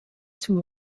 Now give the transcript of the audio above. two